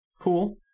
cool